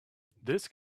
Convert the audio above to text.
this